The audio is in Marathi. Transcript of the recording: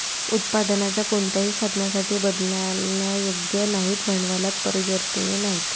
उत्पादनाच्या कोणत्याही साधनासाठी बदलण्यायोग्य नाहीत, भांडवलात परिवर्तनीय नाहीत